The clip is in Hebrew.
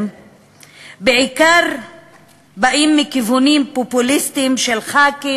בא בעיקר מכיוונים פופוליסטיים של חברי